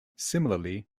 similarly